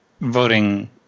voting